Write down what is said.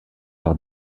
par